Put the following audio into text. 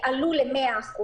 ל-100%.